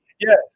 yes